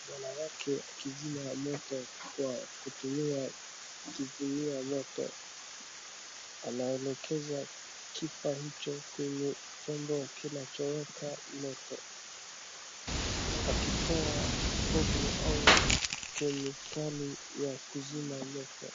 Wanawake akizima moto kwa kutumia kizimia moto. Anaelekeza kifaa hicho kwenye chombo kinacho waka moto akitoa pofu au kemikali ya kuzima moto.